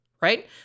right